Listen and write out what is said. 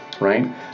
right